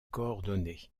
coordonnées